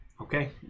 Okay